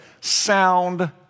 sound